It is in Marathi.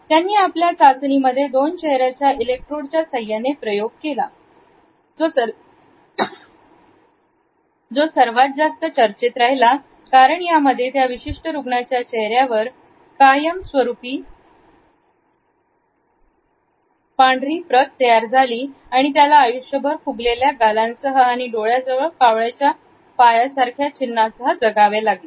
त्यांनी आपल्या चाचणी मध्ये दोन चेहऱ्यांचा इलेक्ट्रोड च्या सहाय्याने प्रयोग केला जो सर्वात जास्त चर्चेत राहिला कारण यामध्ये त्या विशिष्ट रुग्णाच्या चेहऱ्यावर कायमस्वरूपी वाईट ग्रेन तयार झाली आणि त्याला आयुष्यभर फुगलेल्या गालां सह आणि डोळ्याजवळ कावळ्याच्या पायासारखे चिन्हासह जगावे लागले